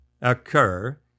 occur